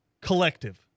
collective